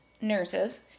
nurses